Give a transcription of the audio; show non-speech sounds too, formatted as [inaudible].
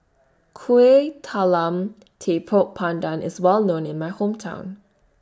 [noise] Kuih Talam Tepong Pandan IS Well known in My Hometown